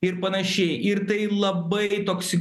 ir panašiai ir tai labai toks